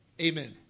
Amen